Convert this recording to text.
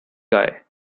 guy